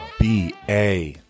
BA